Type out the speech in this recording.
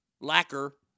lacquer